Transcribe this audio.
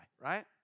right